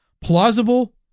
plausible